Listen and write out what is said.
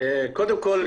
קודם כל,